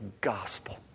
gospel